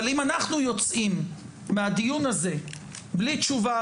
אבל אם אנחנו יוצאים מהדיון הזה בלי תשובה,